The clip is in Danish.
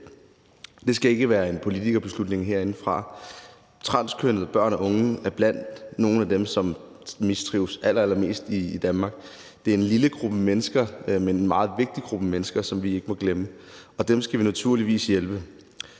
Det skal ikke være en politikerbeslutning herindefra. Transkønnede børn og unge er blandt nogle af dem, som mistrives allerallermest i Danmark. Det er en lille gruppe mennesker, men en meget vigtig gruppe mennesker, som vi ikke må glemme. Og dem skal vi naturligvis hjælpe.